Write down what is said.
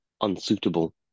unsuitable